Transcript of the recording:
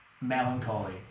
melancholy